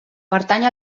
pertany